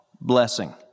blessing